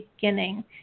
beginning